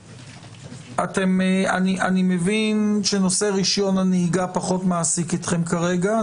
אני מבין שנושא רשיון הנהיגה פחות מעסיק אתכם כרגע.